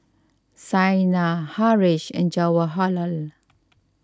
Saina Haresh and Jawaharlal